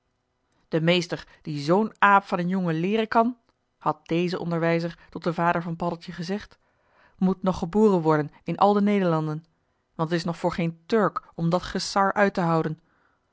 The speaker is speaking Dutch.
de meester die z'n aap van een jongen leeren kan had déze onderwijzer tot den vader van paddeltje gezegd moet nog geboren worden in al de nederjoh h been paddeltje de scheepsjongen van michiel de ruijter landen want t is nog voor geen turk om dat gesar uit te houden